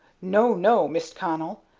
no, no, mist connell!